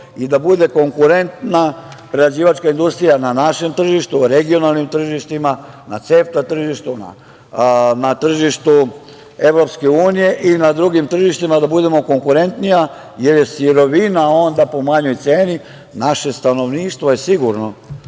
i da bude konkurentna prerađivačka industrija na našem tržištu, regionalnim tržištima, na CEFTA tržištu, na tržištu EU i na drugim tržištima, da budemo konkurentniji, jer je sirovina onda po manjoj ceni. Naše stanovništvo je sigurno